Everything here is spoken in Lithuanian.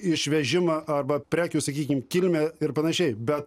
išvežimą arba prekių sakykim kilmę ir panašiai bet